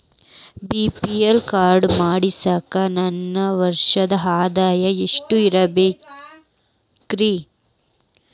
BPL card ಮಾಡ್ಸಾಕ ನನ್ನ ವರ್ಷದ್ ಆದಾಯ ಎಷ್ಟ ಇರಬೇಕ್ರಿ?